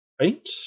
Right